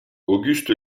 auguste